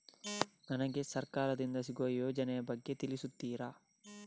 ನನಗೆ ಸರ್ಕಾರ ದಿಂದ ಸಿಗುವ ಯೋಜನೆ ಯ ಬಗ್ಗೆ ತಿಳಿಸುತ್ತೀರಾ?